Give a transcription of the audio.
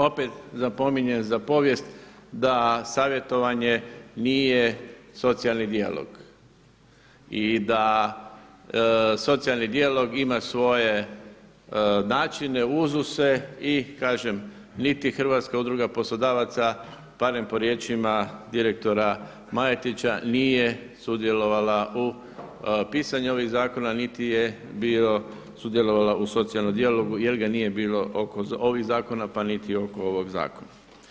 Opet napominjem za povijest, da savjetovanje nije socijalni dijalog i da socijalni dijalog ima svoje načine, uzuse i kažem niti Hrvatska udruga poslodavaca barem po riječima direktora Majetića nije sudjelovala u pisanu ovih zakona niti je sudjelovala u socijalnom dijalogu jer ga nije bilo oko ovih zakona pa niti oko ovog zakona.